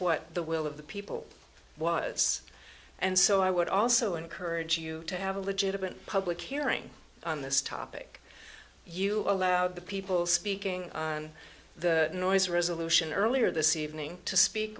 what the will of the people was and so i would also encourage you to have a legitimate public hearing on this topic you allowed the people speaking on the noise resolution earlier this evening to speak